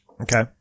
Okay